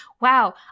wow